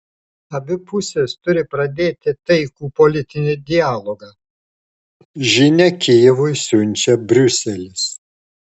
abi pusės turi pradėti taikų politinį dialogą žinią kijevui siunčia briuselis